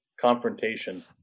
Confrontation